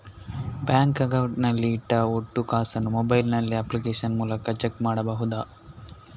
Bank account ನಲ್ಲಿ ಇಟ್ಟ ಒಟ್ಟು ಕಾಸನ್ನು ಮೊಬೈಲ್ ನಲ್ಲಿ ಅಪ್ಲಿಕೇಶನ್ ಮೂಲಕ ಚೆಕ್ ಮಾಡಬಹುದಾ?